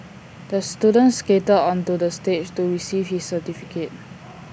the student skated onto the stage to receive his certificate